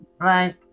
Right